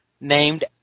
named